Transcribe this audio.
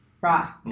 Right